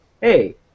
hey